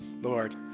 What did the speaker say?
Lord